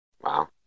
Wow